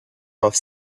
off